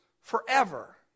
forever